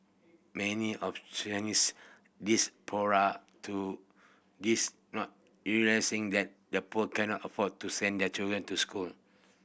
many of Chinese diaspora to this not realising that the poor cannot afford to send their children to school